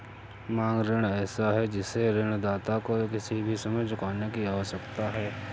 मांग ऋण ऐसा है जिससे ऋणदाता को किसी भी समय चुकाने की आवश्यकता है